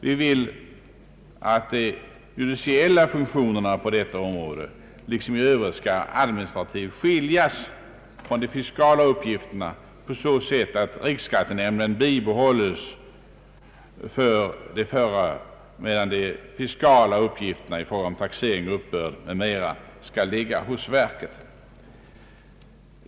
Vi vill att de judiciella funktionerna på detta område liksom i övrigt skall administrativt skiljas från de fiskala uppgifterna på så sätt att riksskattenämnden bibehålles för de förra, medan de fiskala uppgifterna i fråga om taxering, uppbörd m.m. skall ligga hos verket.